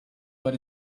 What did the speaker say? what